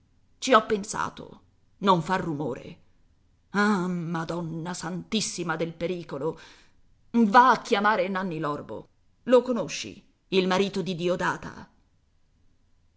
ci ho pensato non far rumore ah madonna santissima del pericolo va a chiamare nanni l'orbo lo conosci il marito di diodata